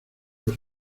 los